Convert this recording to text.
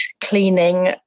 cleaning